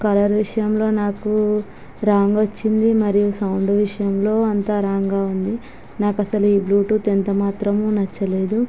colour విషయంలో నాకు wrong వచ్చింది మరియు సౌండ్ విషయంలో అంతా రాంగ్గా ఉంది నాకస్సలు ఈ బ్లూటూత్ ఎంతమాత్రమూ నచ్చలేదు